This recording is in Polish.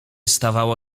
stawało